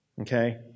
okay